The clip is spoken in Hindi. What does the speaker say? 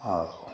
आप कौन हैं